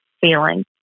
feeling